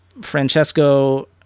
Francesco